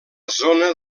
zona